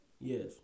Yes